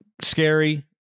scary